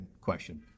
question